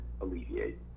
alleviate